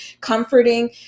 comforting